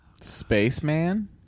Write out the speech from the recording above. Spaceman